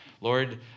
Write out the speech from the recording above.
Lord